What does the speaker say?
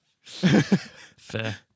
Fair